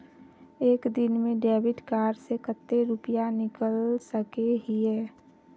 एक दिन में डेबिट कार्ड से कते रुपया निकल सके हिये?